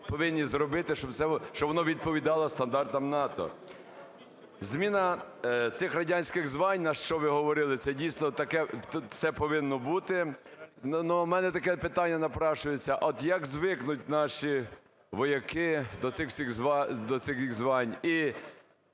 повинні зробити, щоб воно відповідало стандартам НАТО. Зміна цих радянських звань, що ви говорили, це дійсно це повинно бути. Але в мене таке питання напрошується, от як звикнуть наші вояки до цих звань,